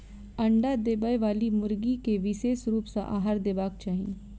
अंडा देबयबाली मुर्गी के विशेष रूप सॅ आहार देबाक चाही